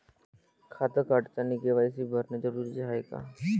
खातं काढतानी के.वाय.सी भरनं जरुरीच हाय का?